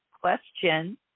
question